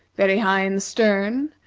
very high in the stern,